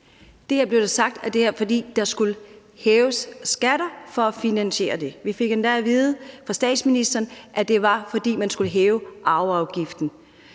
Det her er blevet sagt, fordi skatterne skulle hæves for at finansiere det. Vi fik endda at vide af statsministeren, at det var, fordi man skulle hæve arveafgiften.